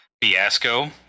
fiasco